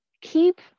keep